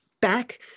back